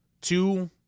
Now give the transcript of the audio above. Two